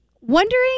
Wondering